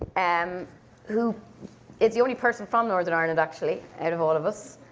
and um who is the only person from northern ireland, actually, out of all of us.